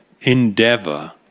endeavor